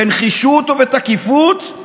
בנחישות ובתקיפות,